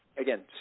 again